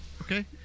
Okay